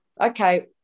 okay